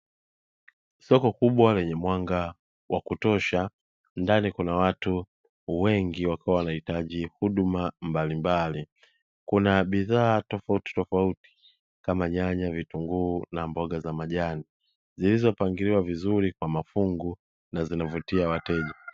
Soko kubwa lenye mwanga wa kutosha ndani kuna watu wengi wakiwa wanahitaji huduma mbalimbali, kuna bidhaa tofautitofauti kama nyanya, vitunguu na mboga za majani. Zilizopangiliwa vizuri kwa mafungu, na zinavutia wateja.